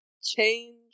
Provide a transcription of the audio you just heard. change